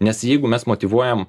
nes jeigu mes motyvuojam